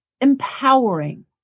empowering